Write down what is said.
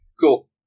Cool